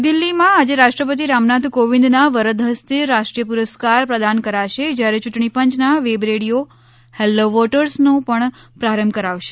નવી દિલ્લીમાં આજે રાષ્ટ્રપતિ રામનાથ કોવિન્દના વરદ હસ્તે રાષ્ટ્રીય પુરસ્કાર પ્રદાન કરાશે જ્યારે ચૂંટણી પંચ ના વેબરેડિયો હેલો વોટર્સ નો પણ પ્રારંભ કરાવશે